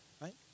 right